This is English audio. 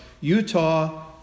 Utah